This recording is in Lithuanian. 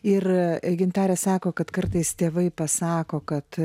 ir gintarė sako kad kartais tėvai pasako kad